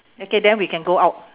okay then we can go out